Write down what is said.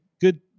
good